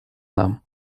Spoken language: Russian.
нам